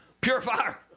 purifier